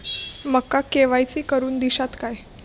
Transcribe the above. माका के.वाय.सी करून दिश्यात काय?